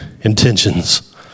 intentions